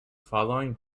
following